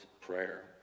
prayer